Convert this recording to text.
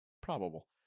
Probable